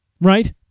right